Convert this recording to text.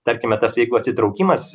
tarkime tas jeigu atsitraukimas